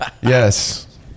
Yes